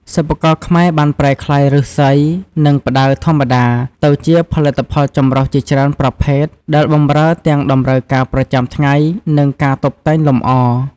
សិប្បករខ្មែរបានប្រែក្លាយឫស្សី និងផ្តៅធម្មតា ទៅជាផលិតផលចម្រុះជាច្រើនប្រភេទដែលបម្រើទាំងតម្រូវការប្រចាំថ្ងៃ និងការតុបតែងលម្អ។